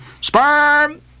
Sperm